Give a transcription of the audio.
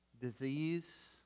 Disease